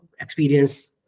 experience